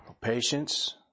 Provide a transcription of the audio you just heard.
Patience